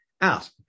out